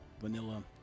vanilla